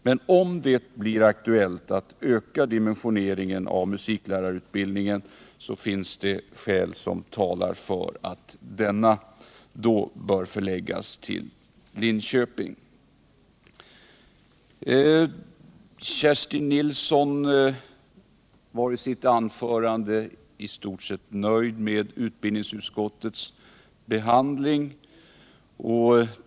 Men om det blir aktuellt att öka dimensioneringen av musiklärarutbildningen, finns det skäl som talar för att denna då bör förläggas till Linköping. Kerstin Nilsson var i sitt anförande i stort sett nöjd med utbildningsutskottets behandling av frågan.